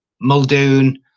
muldoon